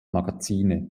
magazine